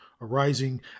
arising